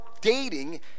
dating